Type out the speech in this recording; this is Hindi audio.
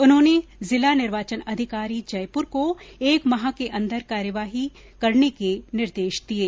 उन्होंने जिला निर्वाचन अधिकारी जयपुर को एक माह के अन्दर कार्यवाही करने के निर्देश दिये